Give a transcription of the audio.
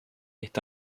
est